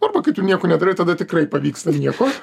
arba kai tu nieko nedarai tada tikrai pavyksta nieko